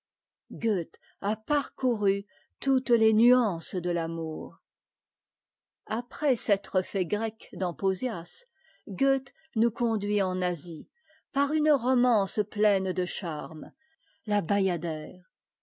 a parcouru toutes les nuances de l'amour après s'être fait grec dans pausias goethe nous conduit en asie par une romance pleine de charmes